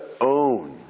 own